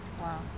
Wow